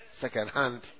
second-hand